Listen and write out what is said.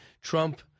Trump